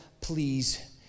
please